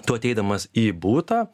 tu ateidamas į butą